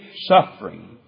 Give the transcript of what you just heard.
suffering